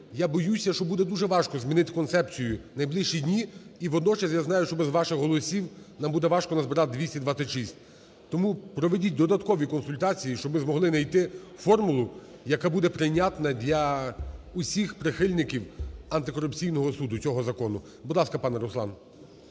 я боюся, що буде дуже важко змінити концепцію в найближчі дні. І водночас я знаю, що без ваших голосів нам буде важко назбирати 226. Тому проведіть додаткові консультації, щоб ми змогли найти формулу, яка буде прийнятна для усіх прихильників антикорупційного суду, цього закону. Будь ласка, пане Руслан.